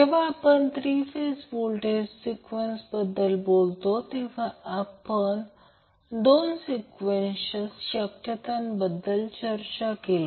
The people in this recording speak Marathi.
जेव्हा आपण 3 फेज व्होल्टेज सोर्स सिक्वेन्सबद्दल बोलतो तेव्हा आपण दोन सिक्वेन्सच्या शक्यता बद्दल चर्चा केली